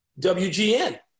WGN